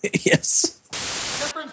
Yes